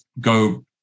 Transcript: go